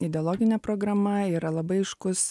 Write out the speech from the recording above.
ideologinė programa yra labai aiškus